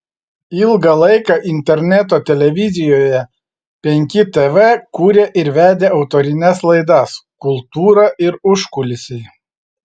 ilgą laiką interneto televizijoje penki tv kūrė ir vedė autorines laidas kultūra ir užkulisiai